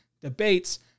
debates